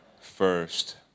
first